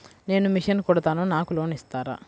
నేను మిషన్ కుడతాను నాకు లోన్ ఇస్తారా?